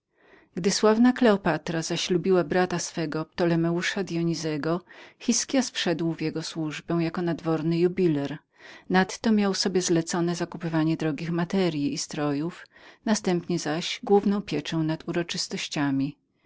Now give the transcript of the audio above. gdy sławna kleopatra zaślubiła brata swego ptolomeusza dyonizego hiskias wszedł w jej służbę jako nadworny jubiler nadto miał sobie zleconem zakupywanie drogich materyi i strojów następnie zaś główne zawiadowstwo nad uroczystościami